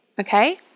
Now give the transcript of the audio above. okay